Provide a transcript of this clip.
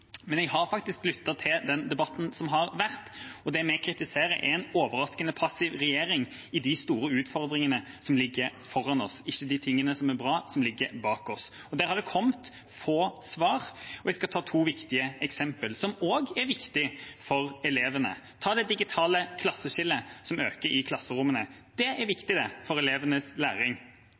Men jeg har lyttet til den debatten som har vært, og det vi kritiserer, er en overraskende passiv regjering med tanke på de store utfordringene som ligger foran oss – ikke de tingene som er bra som ligger bak oss. Der har det kommet få svar, og jeg skal ta to viktige eksempler, som også er viktige for elevene. Ta det digitale klasseskillet som øker i klasserommene: Det er viktig for elevenes læring.